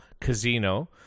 casino